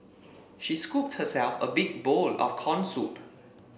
she scooped herself a big bowl of corn soup